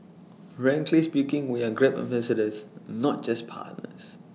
frankly speaking we are grab ambassadors not just partners